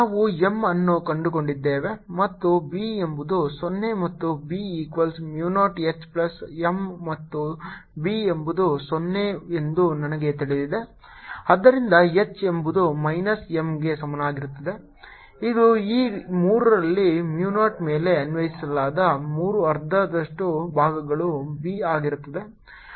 ನಾವು M ಅನ್ನು ಕಂಡುಕೊಂಡಿದ್ದೇವೆ ಮತ್ತು B ಎಂಬುದು 0 ಮತ್ತು B equals mu 0 H plus M ಮತ್ತು B ಎಂಬುದು 0 ಎಂದು ನನಗೆ ತಿಳಿದಿದೆ ಆದ್ದರಿಂದ H ಎಂಬುದು ಮೈನಸ್ M ಗೆ ಸಮನಾಗಿರುತ್ತದೆ ಇದು ಈ 3 ರಲ್ಲಿ mu 0 ಮೇಲೆ ಅನ್ವಯಿಸಲಾದ 3 ಅರ್ಧದಷ್ಟು ಭಾಗಗಳು B ಆಗಿರುತ್ತದೆ